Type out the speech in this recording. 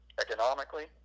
economically